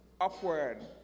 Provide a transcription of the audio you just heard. upward